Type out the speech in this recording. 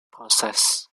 process